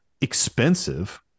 expensive